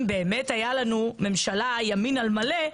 אם באמת היה לנו ממשלת ימין על מלא,